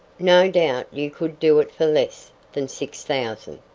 no doubt you could do it for less than six thousand.